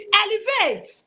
elevates